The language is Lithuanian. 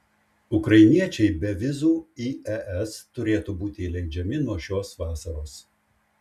ukrainiečiai be vizų į es turėtų būti įleidžiami nuo šios vasaros